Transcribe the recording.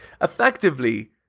Effectively